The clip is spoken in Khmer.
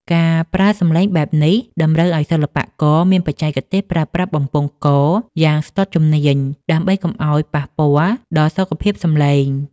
ការប្រើសំឡេងបែបនេះតម្រូវឱ្យសិល្បករមានបច្ចេកទេសប្រើប្រាស់បំពង់កយ៉ាងស្ទាត់ជំនាញ ដើម្បីកុំឱ្យប៉ះពាល់ដល់សុខភាពសំឡេង។